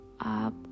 up